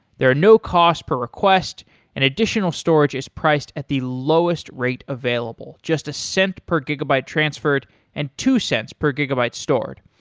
there are no cost per request and additional storage is priced at the lowest rate available. just a cent per gigabyte transferred and two cents per gigabyte stored.